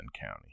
county